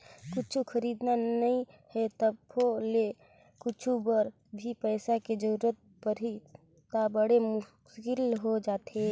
कुछु खरीदना नइ हे तभो ले कुछु बर भी पइसा के जरूरत परिस त बड़ मुस्कुल हो जाथे